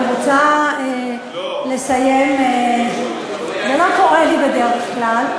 לא, אני רוצה לציין שזה לא קורה לי בדרך כלל,